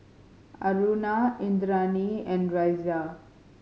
Aruna Indranee and Razia